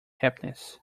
happiness